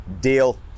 deal